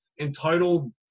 entitled